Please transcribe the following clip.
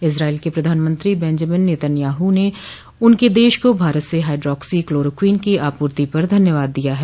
Israel के प्रधानमंत्री Benjamin Netanyahu ने उनके देश को भारत से हाइड्रोक्सी क्लोरोक्विन की आपूर्ति पर धन्यवाद दिया है